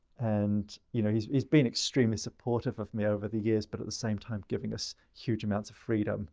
and you know, he's he's been extremely supportive of me over the years, but at the same time giving us huge amounts of freedom